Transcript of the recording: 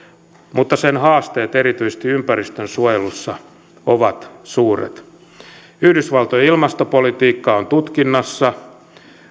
mutta sen haasteet erityisesti ympäristönsuojelussa ovat suuret yhdysvaltojen ilmastopolitiikka on tutkinnassa